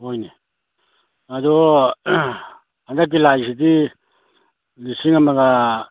ꯍꯣꯏꯅꯦ ꯑꯗꯨ ꯍꯟꯗꯛꯀꯤ ꯂꯥꯛꯏꯁꯤꯗꯤ ꯂꯤꯁꯤꯡ ꯑꯃꯒ